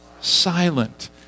silent